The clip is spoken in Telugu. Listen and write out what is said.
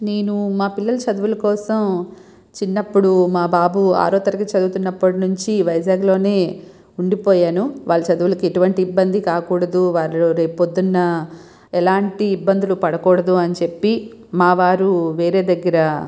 నేను మా పిల్లల చదువుల కోసం చిన్నప్పుడు మా బాబు ఆరో తరగతి చదువుతున్నప్పటి నుంచి నేను వైజాగ్ లోనే ఉండిపోయాను వాళ్ళ చదువులకి ఎటువంటి ఇబ్బంది కాకూడదు వాళ్ళు రేపు పొద్దున ఎలాంటి ఇబ్బందులు పడకూడదు అని చెప్పి మా వారు వేరే దగ్గర